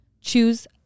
choose